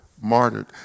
Martyred